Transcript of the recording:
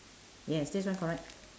yes this one correct